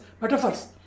metaphors